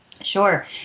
Sure